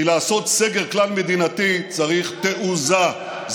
כי לעשות סגר כלל-מדינתי צריך תעוזה.